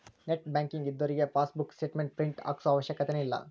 net banking ಇದ್ದೋರಿಗೆ passbook statement print ಹಾಕ್ಸೋ ಅವಶ್ಯಕತೆನ ಇಲ್ಲಾ